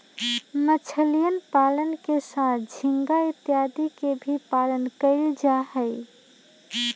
मछलीयन पालन के साथ झींगा इत्यादि के भी पालन कइल जाहई